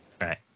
Right